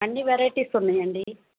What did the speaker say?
అన్ని వెరైటీస్ ఉన్నాయండి